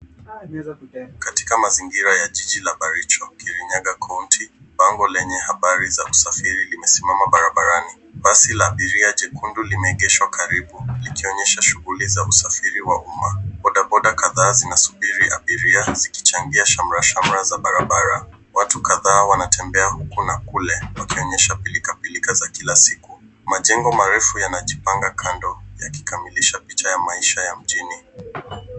Katika mazingira ya mji la Baricho, Kirinyaga Kaunti, Basi lenye bango la usafiri limesimama barabarani. Basi la abiria jekundu limeegeshwa karibu likionyesha shughuli za usafiri wa umma. Boda boda kadhaa zinasubiri abiria zikichangia shamra shamra za bara bara. Watu kadhaa wanatembea huku na kule wakionyesha pilka pilka za Kila siku. Majengo marefu yanajipanga kando yakikamilisha picha ya maisha ya mjini.